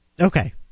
Okay